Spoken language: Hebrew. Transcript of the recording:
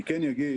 אני כן אגיד